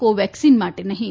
કોવેક્સિન માટે નહીં